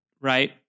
Right